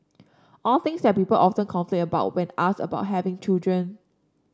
all things that people often complain about when asked about having children